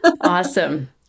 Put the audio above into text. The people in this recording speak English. Awesome